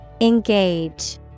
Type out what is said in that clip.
Engage